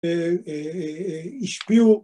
‫השפיעו...